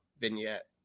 vignette